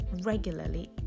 regularly